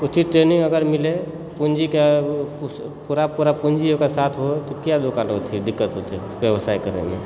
उचित ट्रेनिंग अगर मिलय पूँजीके पूरा पूरा पूँजी ओकरा साथ होय किया ओकरा दिक्कत होतय व्यवसाय करयमे